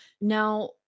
Now